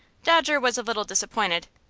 dodger was a little disappointed.